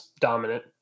dominant